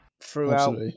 Throughout